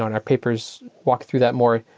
our papers walk through that more.